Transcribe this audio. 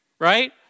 right